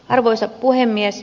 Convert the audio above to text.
arvoisa puhemies